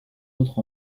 autre